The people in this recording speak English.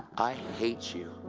i hate you!